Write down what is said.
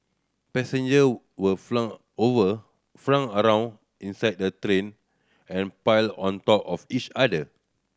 passenger were flung over flung around inside the train and piled on top of each other